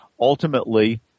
ultimately